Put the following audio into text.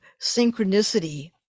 synchronicity